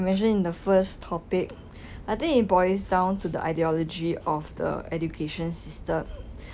mentioned in the first topic I think it boils down to the ideology of the education system